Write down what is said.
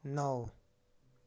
नौ